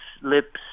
Lips